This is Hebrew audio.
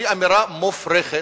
היא אמירה מופרכת,